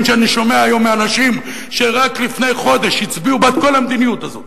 שאני שומע היום מאנשים שרק לפני חודש הצביעו בעד כל המדיניות הזאת,